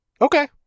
Okay